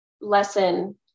lesson